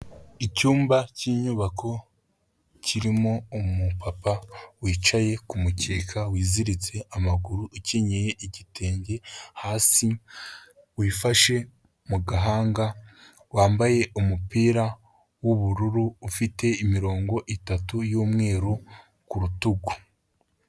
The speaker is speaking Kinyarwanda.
Icyumba cy'inyubako kirimo umupapa wicaye ku mukeka wiziritse amaguru, ukenyeye igitenge hasi, wifashe mu gahanga, wambaye umupira w'ubururu ufite imirongo itatu y'umweru ku rutugu.